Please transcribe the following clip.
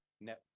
net